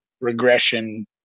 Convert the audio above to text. regression